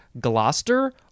Gloucester